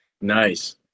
nice